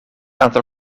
aantal